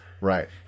Right